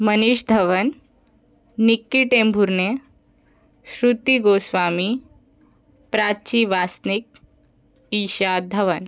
Manish Dhawan Niki Tembhurne Shruti Goswami Prachi Wasnik Isha Dhawan